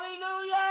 Hallelujah